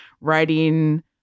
writing